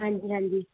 ਹਾਂਜੀ ਹਾਂਜੀ